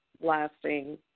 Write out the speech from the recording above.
lasting